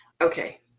okay